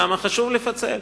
למה חשוב לפצל.